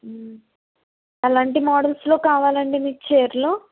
ఎలాంటి మోడల్స్లో కావాలండి మీకు చీరలు